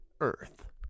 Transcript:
earth